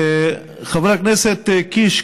חבר הכנסת קיש,